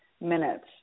minutes